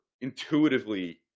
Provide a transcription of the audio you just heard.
intuitively